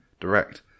Direct